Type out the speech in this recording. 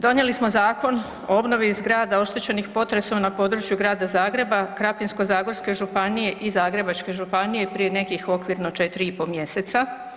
Donijeli smo Zakon o obnovi zgrada oštećenih potresom na području Grada Zagreba, Krapinsko-zagorske županije i Zagrebačke županije prije nekih, okvirno, 4 i pol mjeseca.